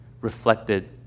reflected